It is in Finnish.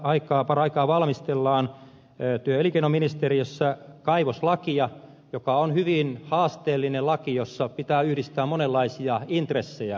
nyt paraikaa valmistellaan työ ja elinkeinoministeriössä kaivoslakia joka on hyvin haasteellinen laki jossa pitää yhdistää monenlaisia intressejä